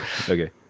okay